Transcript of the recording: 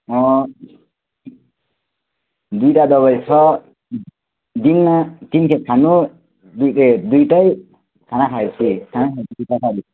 दुईवटा दबाई छ दिनमा तिनखेप खानु दुईखेप दुईवटै खाना खाएपछि खाना खाइसकेपछि पछाडि